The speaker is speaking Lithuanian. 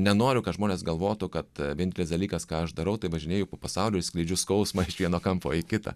nenoriu kad žmonės galvotų kad vienintelis dalykas ką aš darau tai važinėju po pasaulį ir skleidžiu skausmą iš vieno kampo į kitą